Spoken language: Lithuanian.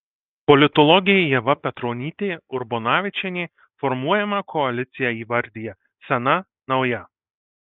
politologė ieva petronytė urbonavičienė formuojamą koaliciją įvardija sena nauja